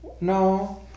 no